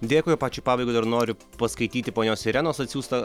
dėkui pačiai pabaigai dar noriu paskaityti ponios irenos atsiųstą